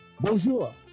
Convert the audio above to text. Bonjour